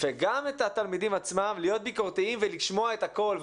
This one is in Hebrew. וגם את התלמידים עצמם להיות ביקורתיים ולשמוע את הכול,